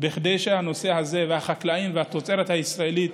כדי שהנושא הזה והחקלאים והתוצרת הישראלית